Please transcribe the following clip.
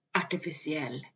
artificiell